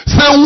Say